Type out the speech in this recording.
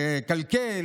לקלקל,